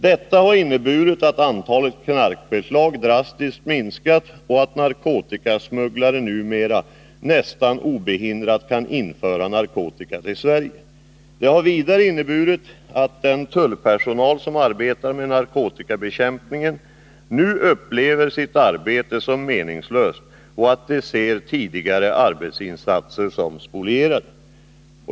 Detta har inneburit att antalet knarkbeslag drastiskt minskat och att narkotikasmugglare numera nästan obehindrat kan införa narkotika till Sverige. Det har vidare inneburit att den tullpersonal, som arbetar med narkotikabekämpningen, nu upplever sitt arbete som meningslöst och ser tidigare arbetsinsatser som spolierade.